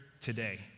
today